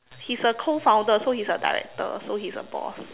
he's a co founder so he's a director so he's a boss